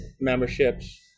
memberships